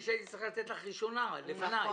אחרת.